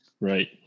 right